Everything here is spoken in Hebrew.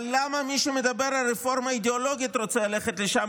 אבל למה מי שמדבר על רפורמה אידיאולוגית רוצה ללכת לשם,